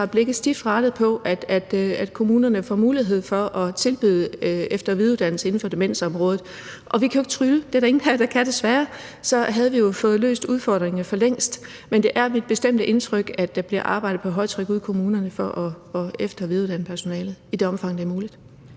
vi har blikket stift rettet mod, at kommunerne får mulighed for at tilbyde efter- og videreuddannelse inden for demensområdet. Vi kan ikke trylle. Det er der desværre ingen her, der kan, for så havde vi fået løst udfordringerne for længst. Det er mit bestemte indtryk, at der derude i kommunerne bliver arbejdet på højtryk for at efter- og videreuddanne personalet i det omfang, det er muligt.